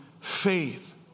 faith